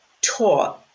taught